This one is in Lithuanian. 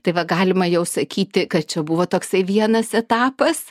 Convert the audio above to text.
tai va galima jau sakyti kad čia buvo toksai vienas etapas